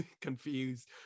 confused